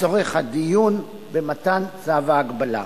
לצורך הדיון במתן צו ההגבלה.